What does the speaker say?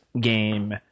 game